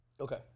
Okay